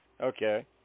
Okay